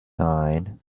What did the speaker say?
nine